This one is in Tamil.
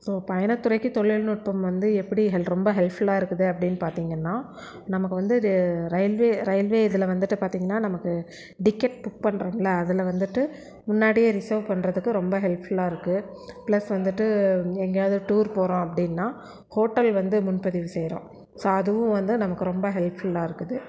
சார் பயணத்துறைக்கு தொழில் நுட்பம் வந்து எப்படி ரொம்ப ஹெல்ப்ஃபுல்லாக இருக்குது அப்படினு பார்த்திங்கன்னா நமக்கு வந்து அது ரயில்வே ரயில்வே இதில் வந்துவிட்டு பார்த்திங்கன்னா நமக்கு டிக்கெட் புக் பண்ணுறோம்ல அதில் வந்துவிட்டு முன்னாடியே ரிசர்வ் பண்ணுறதுக்கு ரொம்ப ஹெல்ப்ஃபுல்லாக இருக்கு ப்ளஸ் வந்துவிட்டு இங்கே எங்கேயாவது டூர் போகறோம் அப்படின்னா ஹோட்டல் வந்து முன் பதிவு செய்யறோம் ஸோ அதுவும் வந்து நமக்கு ரொம்ப ஹெல்ப்ஃபுல்லாக இருக்குது